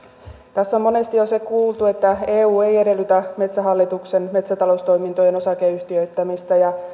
tässä on jo monesti se kuultu että eu ei edellytä metsähallituksen metsätaloustoimintojen osakeyhtiöittämistä